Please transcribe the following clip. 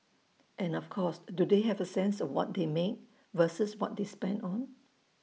and of course do they have A sense of what they make versus what they spend on